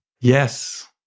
Yes